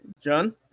John